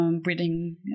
Breeding